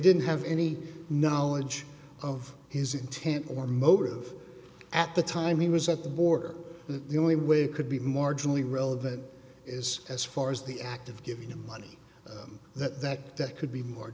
didn't have any knowledge of his intent or motive at the time he was at the border the only way it could be marginally relevant is as far as the act of giving him money that that that could be more